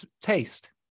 taste